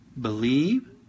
Believe